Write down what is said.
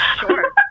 Sure